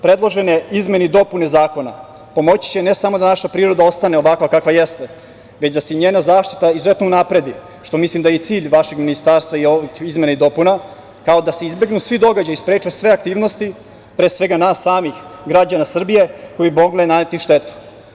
Predložene izmene i dopune Zakona pomoći će ne samo da naša privreda ostane ovakva kakva jeste, već da se njena zaštita izuzetno unapredi, što mislim da je i cilj vašeg ministarstva i ovih izmena i dopuna, kao i da se izbegnu svi događaji i spreče sve aktivnosti, pre svega nas samih, građana Srbije, koji mogu naneti štetu.